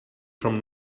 from